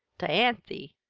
dianthy,